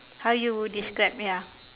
how you would describe ya